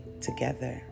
together